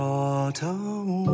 autumn